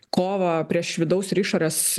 kovą prieš vidaus ir išorės